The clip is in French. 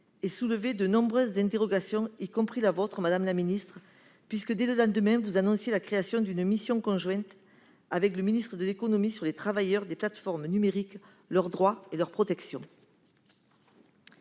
soulevant de nombreuses interrogations, y compris de votre part, madame la ministre : dès le lendemain, vous avez annoncé la création d'une mission conjointe avec le ministre de l'économie et des finances sur les travailleurs des plateformes numériques, leurs droits et leurs protections.